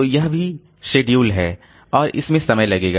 तो यह भी शेड्यूल्ड है और इसमें समय लगेगा